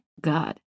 god